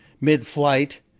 mid-flight